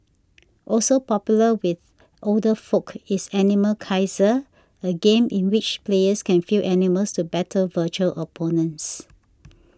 also popular with older folk is Animal Kaiser a game in which players can field animals to battle virtual opponents